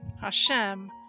Hashem